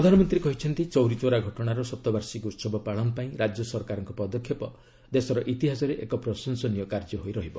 ପ୍ରଧାନମନ୍ତ୍ରୀ କହିଛନ୍ତି ଚୌରୀ ଚୋରା ଘଟଣାର ଶତବାର୍ଷିକୀ ଉହବ ପାଳନ ପାଇଁ ରାଜ୍ୟ ସରକାରଙ୍କ ପଦକ୍ଷେପ ଦେଶର ଇତିହାସରେ ଏକ ପ୍ରଶଂସନୀୟ କାର୍ଯ୍ୟ ହୋଇ ରହିବ